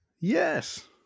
Yes